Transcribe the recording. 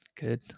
good